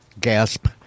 gasp